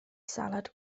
salad